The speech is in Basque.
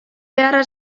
beharra